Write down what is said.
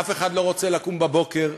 אף אחד לא רוצה לקום בבוקר,